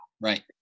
right